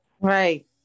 Right